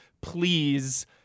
please